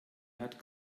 hat